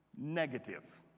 negative